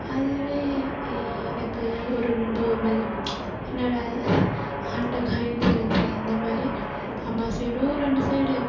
அதுவே எனக்கு ஒரு ரொம்ப ஒரு மாதிரி என்னடா வாட் எ கோஇன்சிடென்ட்ஸ் அந்த மாதிரி அம்மா சைடும் ரெண்டு சைடு